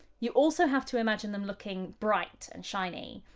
you also have to imagine them looking bright and shiny.